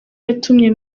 yatumye